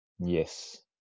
Yes